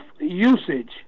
usage